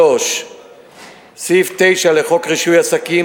3. סעיף 9 לחוק רישוי עסקים,